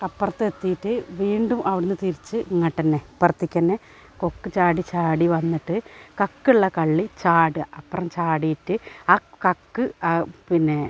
അപ്പുറത്തെത്തിയിട്ടു വീണ്ടും അവിടുന്നു തിരിച്ചു ഇങ്ങോട്ടു തന്നെ ഇപ്പുറത്തേക്കു തന്നെ കൊക്ക് ചാടിച്ചാടി വന്നിട്ട് കക്കുള്ള കള്ളി ചാടുക അപ്പുറം ചാടിയിട്ട് ആ കക്ക് പിന്നെ